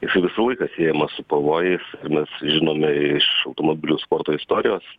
jisai visą laiką siejamas su pavojais mes žinome iš automobilių sporto istorijos